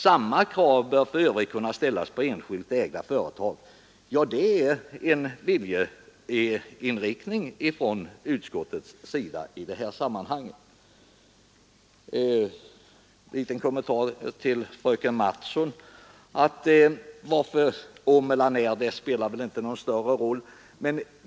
Samma krav bör för övrigt kunna ställas på enskilt ägda företag.” En liten kommentar till fröken Mattsons inlägg.